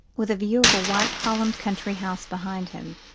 with a view of a white-columned country-house behind him.